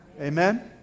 Amen